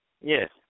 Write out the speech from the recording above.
Yes